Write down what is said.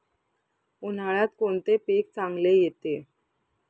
उन्हाळ्यात कोणते पीक चांगले येते?